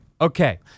okay